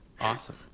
awesome